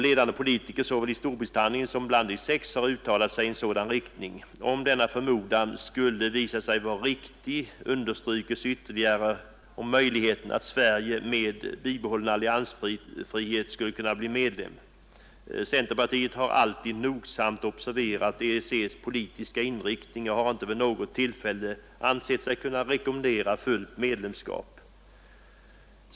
Ledande politiker såväl i Storbritannien som bland De sex, har uttalat sig i sådan riktning.” Om denna förmodan skulle visa sig vara riktig minskas ytterligare möjligheten att Sverige med bibehållen alliansfrihet skulle kunna bli medlem. Centerpartiet har alltid nogsamt observerat EEC:s politiska inriktning och har inte vid något tillfälle rekommenderat fullt medlemskap.